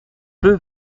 peu